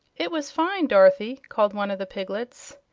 it was fine, dorothy, called one of the piglets.